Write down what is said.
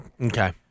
Okay